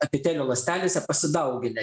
epitelio ląstelėse pasidauginę